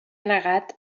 negat